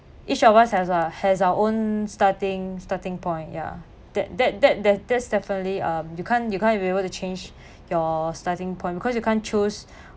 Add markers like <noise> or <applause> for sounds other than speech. each of us has a has our own starting starting point ya that that that that that's definitely um you can't you can't be able to change <breath> your starting point because you can't choose <breath>